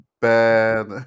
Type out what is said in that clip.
bad